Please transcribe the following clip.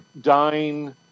Dying